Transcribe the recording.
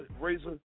Razor